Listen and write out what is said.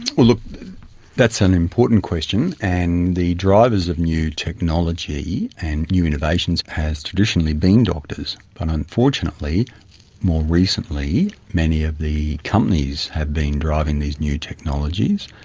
ah that's an important question, and the drivers of new technology and new innovations has traditionally been doctors, but unfortunately more recently many of the companies have been driving these new technologies,